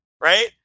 right